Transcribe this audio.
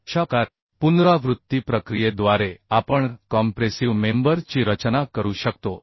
तर अशा प्रकारे पुनरावृत्ती प्रक्रियेद्वारे आपण कॉम्प्रेसिव मेंबर ची रचना करू शकतो